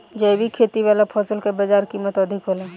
जैविक खेती वाला फसल के बाजार कीमत अधिक होला